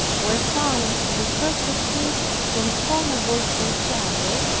were found to be perfectly conformable to each other,